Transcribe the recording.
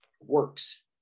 works